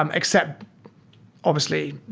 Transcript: um except obviously